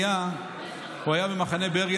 בזמן מלחמת העולם השנייה הוא היה במחנה ברגן-בלזן,